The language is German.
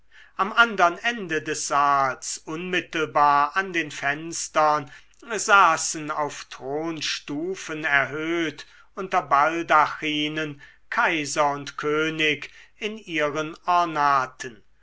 am andern ende des saals unmittelbar an den fenstern saßen auf thronstufen erhöht unter baldachinen kaiser und könig in ihren ornaten